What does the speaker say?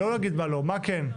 לא להגיד מה לא, מה כן?